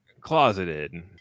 closeted